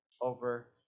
over